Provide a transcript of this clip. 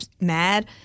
mad